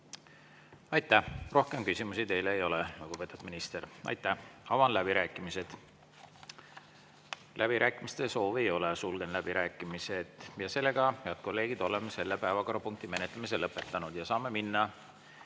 Aitäh! Rohkem küsimusi teile ei ole, lugupeetud minister. Avan läbirääkimised. Läbirääkimiste soovi ei ole. Sulgen läbirääkimised. Head kolleegid, oleme selle päevakorrapunkti menetlemise lõpetanud. Saame minna